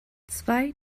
zwei